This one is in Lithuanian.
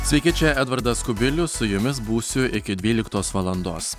sveiki čia edvardas kubilius su jumis būsiu iki dvyliktos valandos